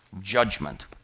judgment